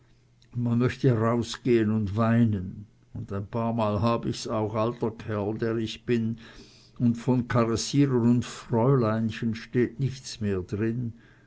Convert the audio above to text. man möchte rausgehn und weinen un ein paarmal hab ich's auch alter kerl der ich bin und von karessieren und fräuleinchen steht nichts mehr drin